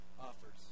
Offers